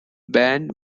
band